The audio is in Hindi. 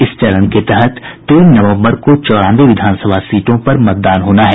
इस चरण के तहत तीन नवम्बर को चौरानवे विधानसभा सीटों पर मतदान होना है